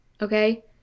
okay